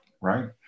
Right